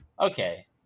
okay